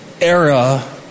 era